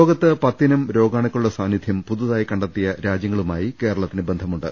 ലോകത്ത് പത്തിനം രോഗാണുക്കളുടെ സാന്നിധ്യം പുതിയതായി കണ്ടെത്തിയ രാജ്യങ്ങളുമായി കേരളത്തിന് ബന്ധ മുണ്ട്